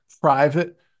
private